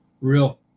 real